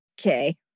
Okay